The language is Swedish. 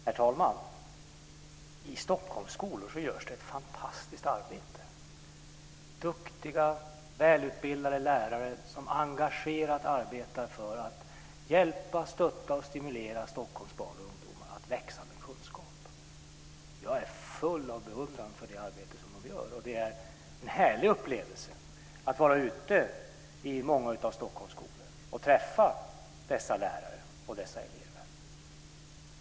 Herr talman! I Stockholms skolor görs ett fantastiskt arbete. Duktiga, välutbildade lärare arbetar engagerat för att hjälpa, stötta och stimulera Stockholms barn och ungdomar att växa med kunskap. Jag är full av beundran för det arbete som de gör. Det är en härlig upplevelse att vara ute i många av Stockholms skolor och träffa dessa lärare och dessa elever.